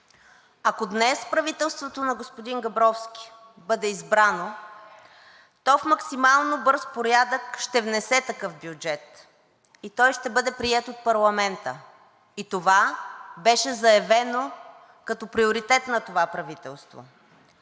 Ако днес правителството на господин Габровски бъде избрано, то в максимално бърз порядък ще внесе такъв бюджет и той ще бъде приет от парламента, и това беше заявено като приоритет на това правителство.